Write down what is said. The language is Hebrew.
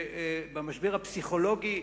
במשבר הפסיכולוגי,